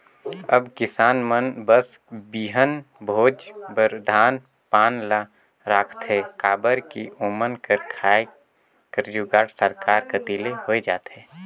अब किसान मन बस बीहन भोज बर धान पान ल राखथे काबर कि ओमन कर खाए कर जुगाड़ सरकार कती ले होए जाथे